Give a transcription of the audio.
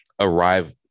arrive